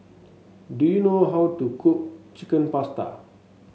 do you know how to cook Chicken Pasta